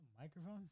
Microphone